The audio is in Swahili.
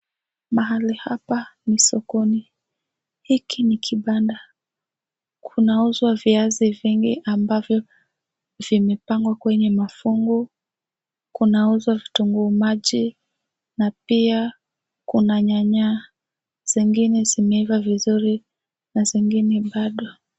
Mahali hapa ni sokoni. Hiki ni kibanda. Kunauzwa viazi vingi ambavyo vimepangwa kwenye mafomu . Kunauzwa vitunguu maji na pia kuna nyanya. Zingine zimeiva vizuri na zingine bado.